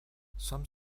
some